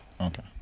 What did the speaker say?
Okay